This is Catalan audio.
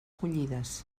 collides